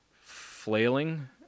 flailing